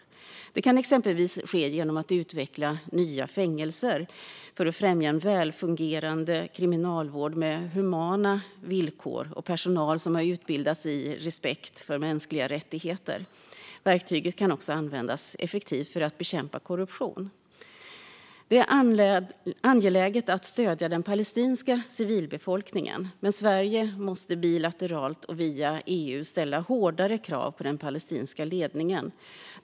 Detta kan exempelvis ske genom utveckling av nya fängelser för att främja en välfungerande kriminalvård med humana villkor och personal som utbildats i respekt för mänskliga rättigheter. Verktyget kan också användas effektivt för att bekämpa korruption. Det är angeläget att stödja den palestinska civilbefolkningen, men Sverige måste bilateralt och via EU ställa hårdare krav på den palestinska ledningen.